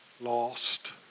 lost